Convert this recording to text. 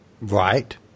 right